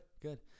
Good